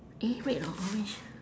eh red or orange